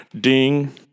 Ding